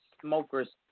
smokers